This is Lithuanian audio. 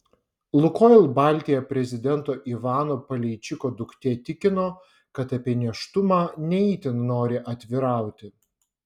lukoil baltija prezidento ivano paleičiko duktė tikino kad apie nėštumą ne itin nori atvirauti